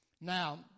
Now